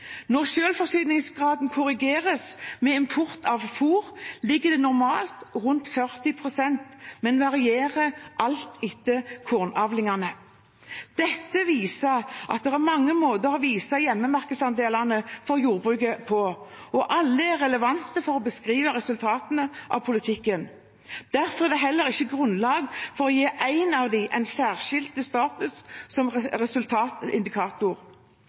Når selvforsyningsgraden korrigeres med import av fôr, ligger det normalt rundt 40 pst., men varierer alt etter kornavlingene. Dette viser at det er mange måter å vise hjemmemarkedsandelene for jordbruket på, og alle er relevante for å beskrive resultatene av politikken. Derfor er det heller ikke grunnlag for å gi én av dem en særskilt status som resultatindikator.